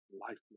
lifeless